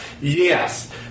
Yes